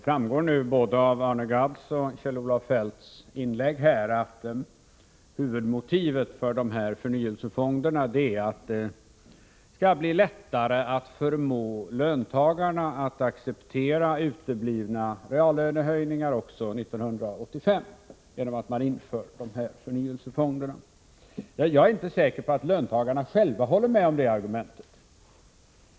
Fru talman! Både av Arne Gadds och av Kjell-Olof Feldts inlägg här framgår nu att huvudmotivet för förnyelsefonderna är att det skall bli lättare att förmå löntagarna att acceptera uteblivna reallönehöjningar även 1985. Jag är inte säker på att löntagarna själva accepterar detta argument.